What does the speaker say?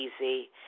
easy